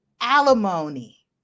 Alimony